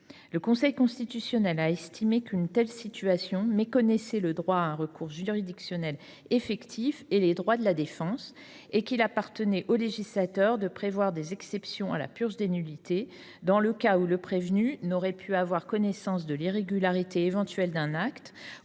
Le Conseil constitutionnel a estimé qu’une telle situation « méconnaissait le droit à un recours juridictionnel effectif et les droits de la défense » et qu’il appartenait au législateur de prévoir des exceptions à la purge des nullités « dans le cas où le prévenu n’aurait pu avoir connaissance de l’irrégularité éventuelle d’un acte